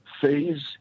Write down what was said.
phase